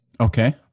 Okay